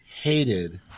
hated—